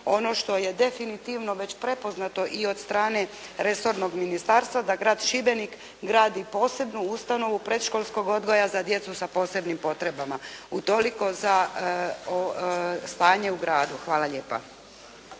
ono što je definitivno već prepoznato i od strane resornog ministarstva da grad Šibenik gradi posebnu ustanovu predškolskog odgoja za djecu sa posebnim potrebama. Toliko o stanju u gradu. Hvala lijepa.